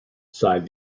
sighed